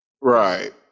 Right